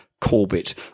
Corbett